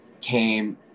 came